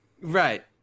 Right